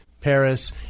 Paris